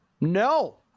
No